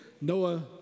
Noah